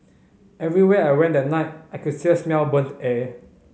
everywhere I went that night I could still smell burnt air